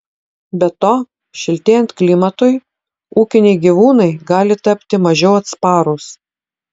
be to šiltėjant klimatui ūkiniai gyvūnai gali tapti mažiau atsparūs